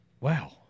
Wow